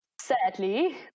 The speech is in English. sadly